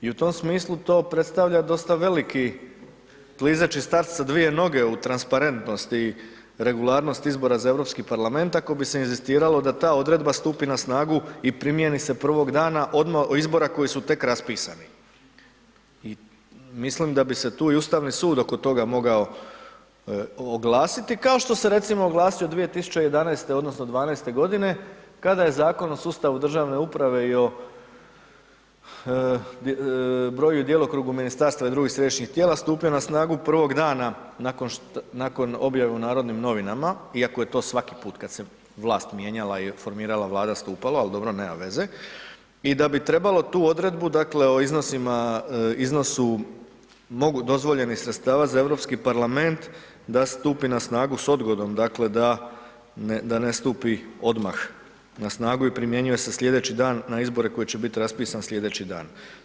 I u tom smislu to predstavlja dosta veliki klizeći start sa dvije noge u transparentnosti i regularnost izbora za Europski parlament, ako bi se inzistiralo da ta odredba stupi na snagu i primjeni se prvog dana odmah od izbora koji su tek raspisani i mislim da bi se tu i Ustavni sud oko toga moga oglasiti, kao što se, recimo, oglasio 2011. odnosno 2012.g. kada je Zakon o sustavu državne uprave i o broju i djelokrugu ministarstva i drugih središnjih tijela stupio na snagu prvog dana nakon objave u Narodnim novinama, iako je to svaki put kad se vlast mijenjala i formirala Vlada stupalo, al dobro, nema veze i da bi trebalo tu odredbu, dakle, o iznosu dozvoljenih sredstava za Europski parlament da stupi na snagu s odgodom, dakle, da ne stupi odmah na snagu i primjenjuje se slijedeći dan na izbore koji će biti raspisan slijedeći dan.